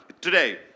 today